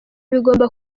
bigomba